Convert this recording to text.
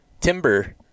timber